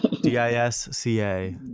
D-I-S-C-A